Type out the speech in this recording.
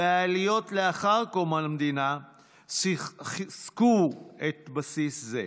והעליות לאחר קום המדינה חיזקו בסיס זה